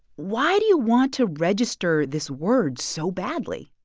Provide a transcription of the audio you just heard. why do you want to register this word so badly?